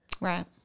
Right